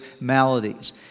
maladies